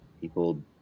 People